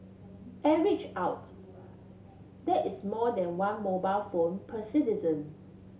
average out that is more than one mobile phone per citizen